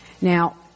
Now